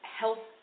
health